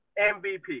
MVP